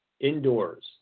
indoors